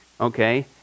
Okay